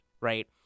right